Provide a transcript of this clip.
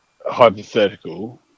hypothetical